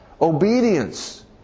obedience